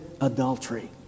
adultery